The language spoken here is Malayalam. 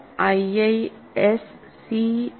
iisctagmail